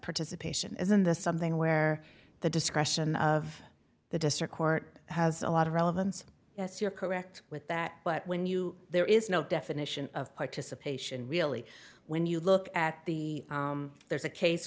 participation isn't this something where the discretion of the district court has a lot of relevance yes you're correct with that but when you there is no definition of participation really when you look at the there's a case